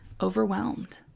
overwhelmed